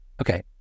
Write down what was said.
Okay